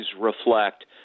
reflect